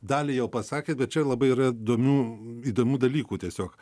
dalį jau pasakėt bet čia labai yra įdomių įdomių dalykų tiesiog